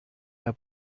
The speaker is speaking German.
der